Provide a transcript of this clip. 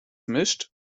mischt